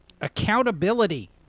Accountability